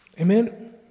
Amen